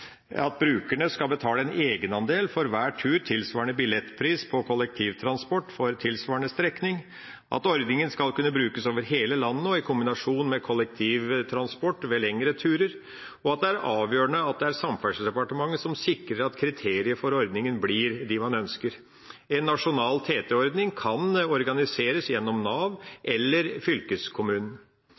at brukerne skal betale en egenandel for hver tur, tilsvarende billettpris på kollektivtransport for tilsvarende strekning, at ordninga skal kunne brukes over hele landet og i kombinasjon med kollektivtransport ved lengre turer, at det er avgjørende at det er Samferdselsdepartementet som sikrer at kriteriene for ordninga blir dem man ønsker. En nasjonal TT-ordning kan organiseres gjennom Nav eller fylkeskommunen.